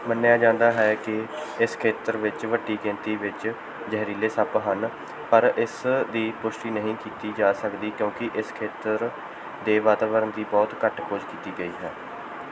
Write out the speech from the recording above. ਮੰਨਿਆ ਜਾਂਦਾ ਹੈ ਕਿ ਇਸ ਖੇਤਰ ਵਿੱਚ ਵੱਡੀ ਗਿਣਤੀ ਵਿੱਚ ਜ਼ਹਿਰੀਲੇ ਸੱਪ ਹਨ ਪਰ ਇਸ ਦੀ ਪੁਸ਼ਟੀ ਨਹੀਂ ਕੀਤੀ ਜਾ ਸਕਦੀ ਕਿਉਂਕਿ ਇਸ ਖੇਤਰ ਦੇ ਵਾਤਾਵਰਨ ਦੀ ਬਹੁਤ ਘੱਟ ਖੋਜ ਕੀਤੀ ਗਈ ਹੈ